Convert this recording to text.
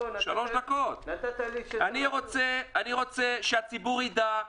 אני רוצה שהציבור ידע על